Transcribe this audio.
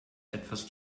etwas